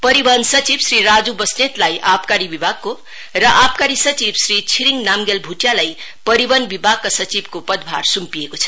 परिवहन सचिव श्री राजु बस्नेतलाई आबकारी विभाग र आबकारी सचिव श्री छिरिङ नामग्याल भुटियालाई परिवहन विभागका सचिवको पदभार सुम्पिएको छ